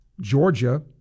Georgia